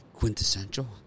Quintessential